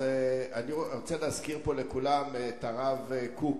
אז אני רוצה להזכיר פה לכולם את הרב קוק,